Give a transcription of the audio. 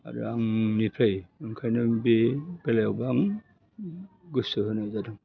आरो आंनिफ्राय ओंखायनो बे बेलायावबो आं गोसो होनाय जादों